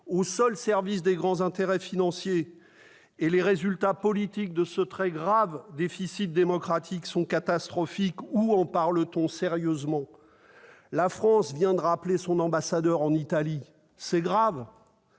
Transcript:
au seul service des grands intérêts financiers. Les résultats politiques de ce très grave déficit démocratique sont catastrophiques, mais où en parle-t-on sérieusement ? La France vient de rappeler son ambassadeur en Italie. C'est grave !